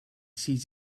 sees